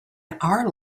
our